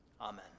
Amen